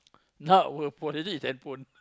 now will phone you see is handphone